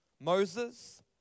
Moses